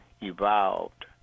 evolved